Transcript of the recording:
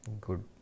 good